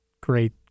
great